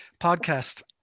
podcast